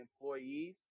employees